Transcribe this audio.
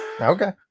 Okay